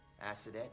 Acid